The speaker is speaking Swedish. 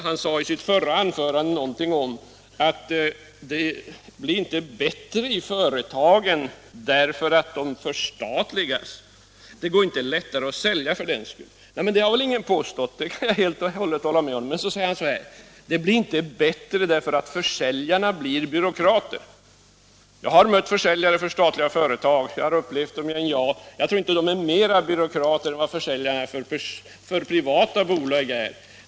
Han sade i sitt förra anförande något om att det inte blir bättre i företagen därför att de förstatligas; det går inte lättare att sälja för den skull. Men det har väl ingen påstått —- det kan jag helt och hållet hålla med honom om. Så säger han att det inte blir bättre därför att försäljarna blir byråkrater. Jag har mött försäljare för statliga företag — jag har upplevt dem i NJA — och jag tror inte att de är mera byråkrater än vad försäljare för privata bolag är.